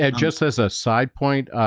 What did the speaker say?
and just as a side point, ah,